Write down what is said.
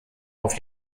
auf